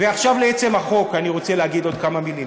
ועכשיו לעצם החוק, אני רוצה להגיד עוד כמה מילים.